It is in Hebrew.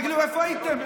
תגידו, איפה הייתם?